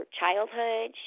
childhood